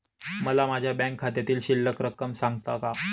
मला माझ्या बँक खात्यातील शिल्लक रक्कम सांगता का?